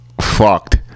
fucked